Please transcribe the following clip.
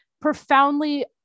profoundly